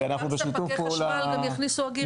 כי רק ספקי חשמל גם יכניסו אגירה.